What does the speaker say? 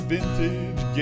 Vintage